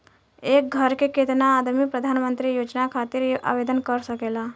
एक घर के केतना आदमी प्रधानमंत्री योजना खातिर आवेदन कर सकेला?